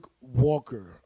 Walker